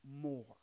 more